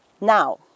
now